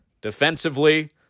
Defensively